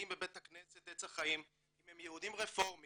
בבית הכנסת עץ החיים אם הם יהודים רפורמים